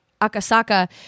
Akasaka